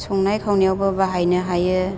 संनाय खावनायावबो बाहायनो हायो